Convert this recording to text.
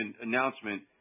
announcement